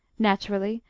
naturally,